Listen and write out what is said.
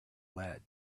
lead